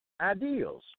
Ideals